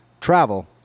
travel